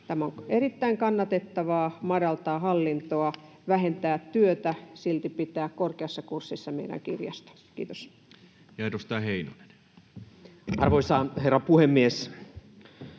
On erittäin kannatettavaa madaltaa hallintoa, vähentää työtä ja silti pitää meidän kirjasto korkeassa kurssissa. — Kiitos. Ja edustaja Heinonen. Arvoisa herra puhemies!